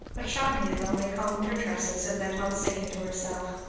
but charmian only combed her tresses, and went on singing to herself.